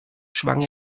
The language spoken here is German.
schwang